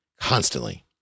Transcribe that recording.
constantly